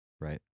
right